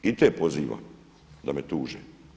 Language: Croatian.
I te pozivam da me tuže.